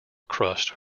crust